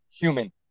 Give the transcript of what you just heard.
human